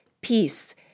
peace